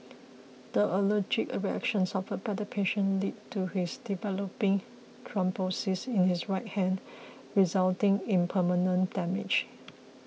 the allergic reaction suffered by the patient led to his developing thrombosis in his right hand resulting in permanent damage